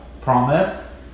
Promise